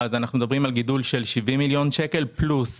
אנחנו מדברים על גידול של 70 מיליון שקל, פלוס